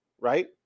right